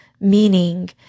meaning